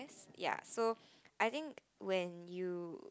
ya so I think when you